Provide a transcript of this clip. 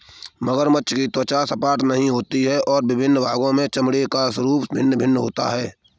मगरमच्छ की त्वचा सपाट नहीं होती और विभिन्न भागों के चमड़े का स्वरूप भिन्न भिन्न होता है